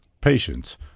Patience